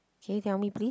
can you tell me please